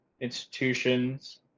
institutions